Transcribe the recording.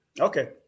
Okay